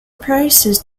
praises